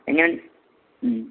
എങ്ങനെ ഉം